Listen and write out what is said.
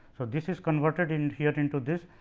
so, this is converted in here into this.